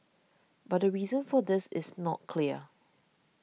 but the reason for this is not clear